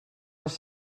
les